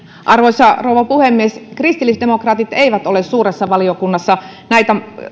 arvoisa rouva puhemies kristillisdemokraatit eivät ole suuressa valiokunnassa näitä